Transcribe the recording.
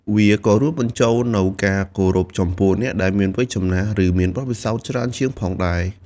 វាក៏រួមបញ្ចូលនូវការគោរពចំពោះអ្នកដែលមានវ័យចំណាស់ ឬមានបទពិសោធន៍ច្រើនជាងផងដែរ។